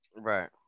Right